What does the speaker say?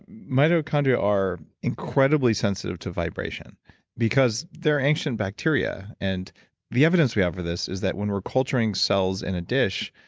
mitochondria are incredibly sensitive to vibration because they're ancient bacteria. and the evidence we have for this is that when we're culturing cells in a dish,